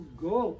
go